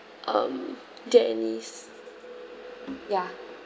um janice ya